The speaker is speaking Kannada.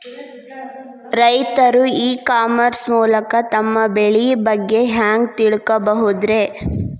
ರೈತರು ಇ ಕಾಮರ್ಸ್ ಮೂಲಕ ತಮ್ಮ ಬೆಳಿ ಬಗ್ಗೆ ಹ್ಯಾಂಗ ತಿಳ್ಕೊಬಹುದ್ರೇ?